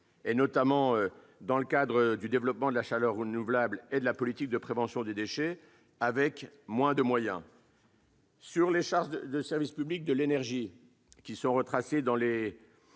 notamment dans le cadre du développement de la chaleur renouvelable et de la politique de prévention des déchets, avec moins de moyens. Les charges de service public de l'énergie, retracées dans le